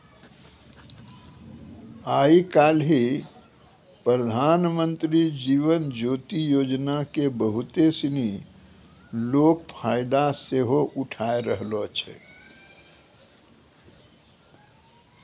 आइ काल्हि प्रधानमन्त्री जीवन ज्योति योजना के बहुते सिनी लोक फायदा सेहो उठाय रहलो छै